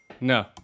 no